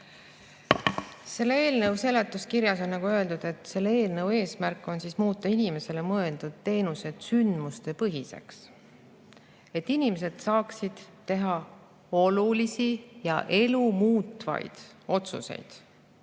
Selle eelnõu seletuskirjas on öeldud, et eelnõu eesmärk on muuta inimestele mõeldud teenused sündmusepõhiseks, et inimesed saaksid teha olulisi ja elumuutvaid otsuseid,